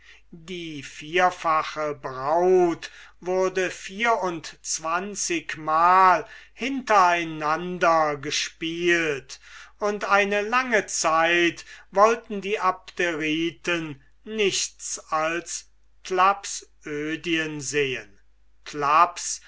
die vierfache braut wurde vierzehnmal hinter einander gespielt und eine lange zeit wollten die abderiten nichts als thlapsödien sehen thlaps